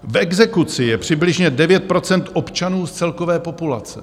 V exekuci je přibližně 9 % občanů z celkové populace.